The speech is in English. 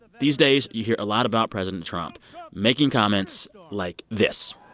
these days, you hear a lot about president trump making comments like this.